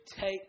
take